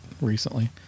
recently